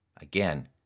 Again